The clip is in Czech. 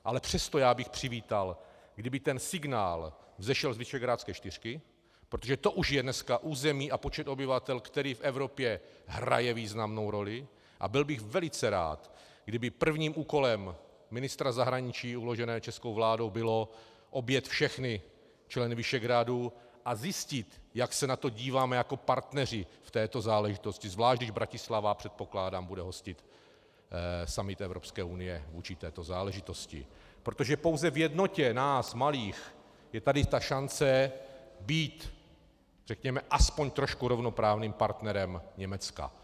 Ale přesto bych přivítal, kdyby ten signál vzešel z visegrádské čtyřky, protože to už je dneska území a počet obyvatel, který v Evropě hraje významnou roli, a byl bych velice rád, kdyby prvním úkolem ministra zahraničí uloženým českou vládou bylo objet všechny členy Visegrádu a zjistit, jak se na to díváme jako partneři v této záležitosti, zvlášť když Bratislava, předpokládám, bude hostit summit Evropské unie vůči této záležitosti, protože pouze v jednotě nás malých je tady šance být řekněme aspoň trošku rovnoprávným partnerem Německa.